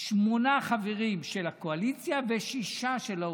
שמונה חברים של הקואליציה ושישה של האופוזיציה.